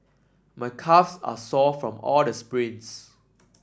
my calve are sore from all the sprints